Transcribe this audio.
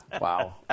Wow